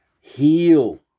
heal